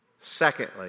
Secondly